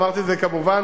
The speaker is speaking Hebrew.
אמרתי את זה כמובן